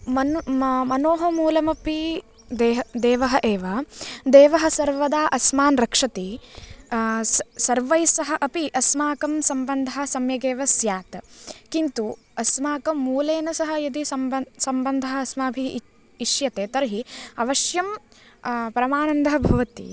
मन् मनोः मूलमपि देह देवः एव देवः सर्वदा अस्मान् रक्षति सर्वैः सह अपि अस्माकं सम्बन्धः सम्यगेव स्यात् किन्तु अस्माकं मूलेन सह यदि सम्बन्धः अस्माभिः इच इष्यते तर्हि अवश्यं परमानन्दः भवति